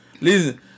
Listen